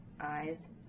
eyes